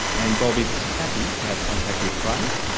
and bob is happy to have contact with craig,